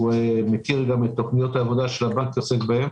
מכיר גם את תוכניות העבודה שהבנק עוסק בהן.